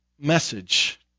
message